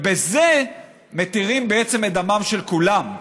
ובזה מתירים בעצם את דמם של כולם,